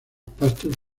pastos